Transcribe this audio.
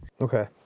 Okay